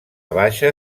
baixa